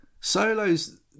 Solo's